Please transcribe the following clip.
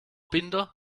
binder